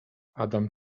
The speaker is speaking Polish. adam